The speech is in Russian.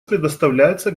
предоставляется